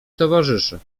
towarzysze